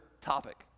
topic